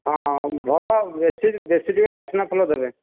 ହଁ ହଁ ଭଲ ବେଶୀ ବେଶୀ ଟିକେ ବାସ୍ନା ଫୁଲ ଦେବେ